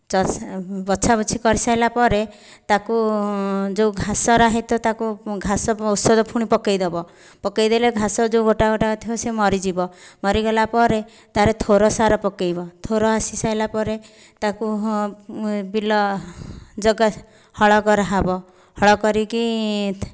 ବଛାବଛି କରିସାରିଲାପରେ ତାକୁ ଯେଉଁ ଘାସଗୁଡ଼ା ହୋଇଥିବ ତାକୁ ଘାସ ଔଷଧ ପୁଣି ବ ପକେଇଦେଲେ ଘାସ ଯେଉଁ ଗୋଟା ଗୋଟା ଥିବ ସେ ମରିଯିବ ମରିଗଲାପରେ ତା'ପରେ ଥୋର ସାର ପକାଇବ ଥୋର ଆସି ସାରିଲାପରେ ତାକୁ ହଁ ବିଲ ହଳ କରାହେବ ହଳ କରିକି